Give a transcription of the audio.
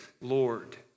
Lord